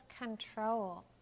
control